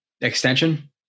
Extension